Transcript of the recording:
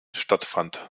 stattfand